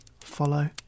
follow